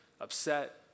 upset